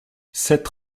sept